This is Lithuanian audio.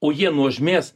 o jie nuožmės